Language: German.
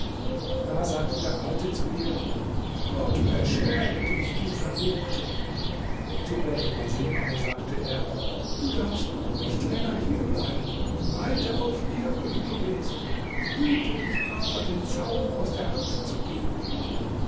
da sagte der alte zu ihr gott beschäme dich du verruchte zu bedr basim aber sagte er du darfst nun nicht länger hier bleiben reite auf ihr wohin du willst hüte dich aber den zaum aus der hand zu geben